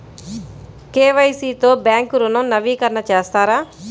KYC తో bank ఋణం నవీకరణ చేస్తారా?